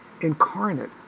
incarnate